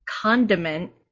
condiment